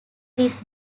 this